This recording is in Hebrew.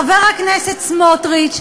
חבר הכנסת סמוטריץ,